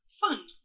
fun